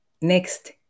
next